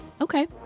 Okay